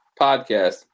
podcast